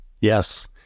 Yes